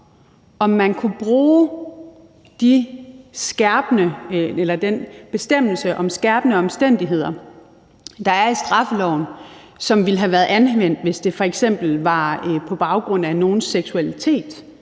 om man kunne bruge den bestemmelse om skærpende omstændigheder, der er i straffeloven, og som ville have været anvendt, hvis det f.eks. var på baggrund af nogens seksualitet,